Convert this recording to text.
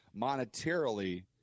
monetarily